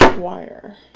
wire